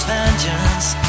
vengeance